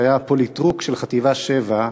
שהיה הפוליטרוק של חטיבה 7,